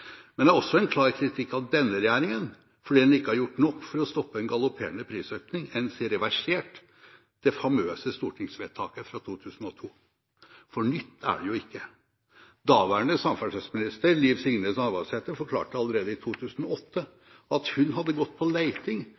Men det er også en klar kritikk av denne regjeringen fordi den ikke har gjort nok for å stoppe en galopperende prisøkning, enn si reversert det famøse stortingsvedtaket fra 2002. For nytt er det jo ikke. Daværende samferdselsminister Liv Signe Navarsete forklarte allerede i 2008 at hun hadde gått på